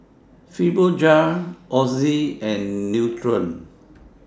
Fibogel Oxy and Nutren